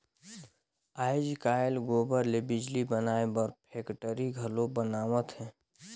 आयज कायल गोबर ले बिजली बनाए बर फेकटरी घलो बनावत हें